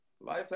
Life